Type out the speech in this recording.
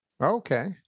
Okay